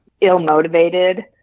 ill-motivated